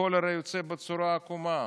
הכול הרי יוצא בצורה עקומה.